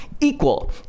equal